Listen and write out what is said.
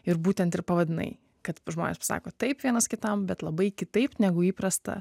ir būtent ir pavadinai kad žmonės pasako taip vienas kitam bet labai kitaip negu įprasta